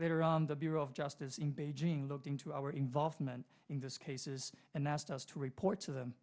that around the bureau of justice in beijing looking to our involvement in this cases and asked us to report to the